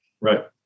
Right